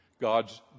God's